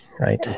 Right